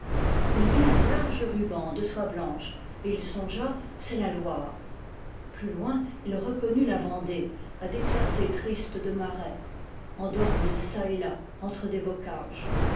il vit un large ruban de soie blanche et il songea c'est la loire plus loin il reconnut la vendée à des clartés tristes de marais endormies çà et là entre des bocages